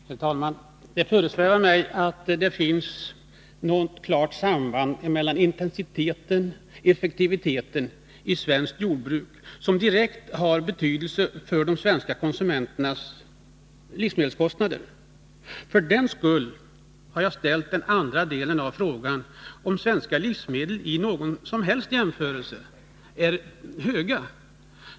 Herr talman! Det föresvävar mig att det i svenskt jordbruk finns ett klart samband mellan intensitet och effektivitet, och att detta har direkt betydelse för de svenska konsumenternas livsmedelskostnader. För den skull har jag ställt den andra delen av frågan om svenska livsmedel i någon som helst jämförelse är höga.